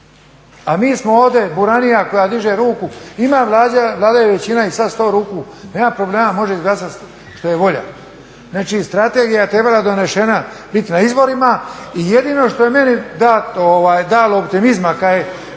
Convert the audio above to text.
a mi smo ovdje buranija koja diže ruku. Ima vladajuća većina i sad 100 ruku, nema problema, može izglasati što je volja. Znači, strategija je trebala biti donesena na izborima i jedino što je meni dalo optimizma kad